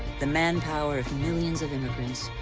the manpower of millions of immigrants,